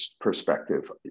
perspective